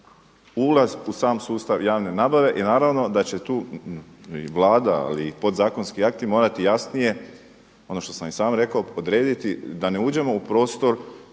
ulaz u sam sustav javne nabave i naravno da će tu i Vlada ali i podzakonski akti morati jasnije ono što sam i sam rekao, odrediti da ne uđemo u prostor